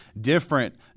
different